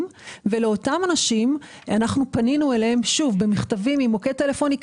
ולאותם אנשים פנינו שוב במכתבים עם מוקד טלפוני.